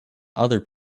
other